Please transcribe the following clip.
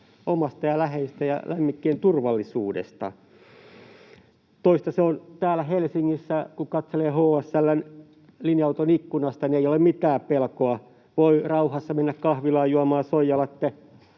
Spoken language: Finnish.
omasta ja läheisten ja lemmikkien turvallisuudesta. Toista se on täällä Helsingissä, kun kattelee HSL:n linja-auton ikkunasta. Meillä ei ole mitään pelkoa, voi rauhassa mennä kahvilaan juomaan soijalattea.